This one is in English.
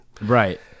right